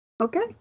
Okay